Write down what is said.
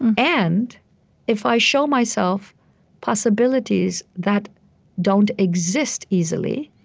and and if i show myself possibilities that don't exist easily,